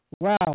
Wow